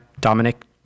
Dominic